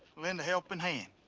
lend a helping hand.